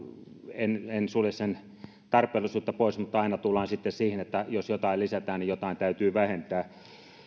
en en sulje sen tarpeellisuutta pois mutta aina tullaan sitten siihen että jos jotain lisätään niin jotain täytyy vähentää